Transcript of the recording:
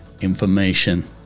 information